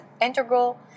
integral